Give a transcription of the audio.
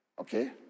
Okay